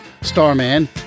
Starman